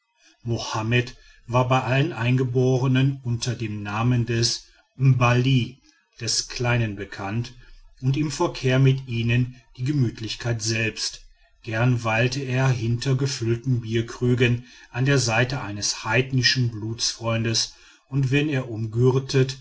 mohammed war bei allen eingeborenen unter dem namen des mbali des kleinen bekannt und im verkehr mit ihnen die gemütlichkeit selbst gern weilte er hinter gefüllten bierkrügen an der seite seines heidnischen blutsfreundes und wenn er umgürtet